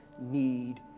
need